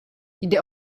jde